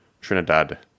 Trinidad